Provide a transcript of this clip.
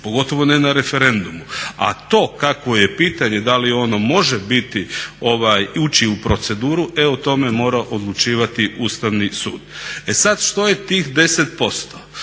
pogotovo ne na referendumu. A to kakvo je pitanje, da li ono može ući u proceduru o tome mora odlučivati Ustavni sud. E sad što je tih 10%.